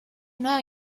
nueva